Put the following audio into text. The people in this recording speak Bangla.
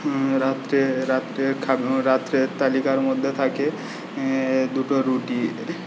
রাত্রে রাত্রে রাত্রের তালিকার মধ্যে থাকে দুটো রুটি